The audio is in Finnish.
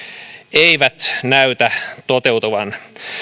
eivät näytä toteutuvan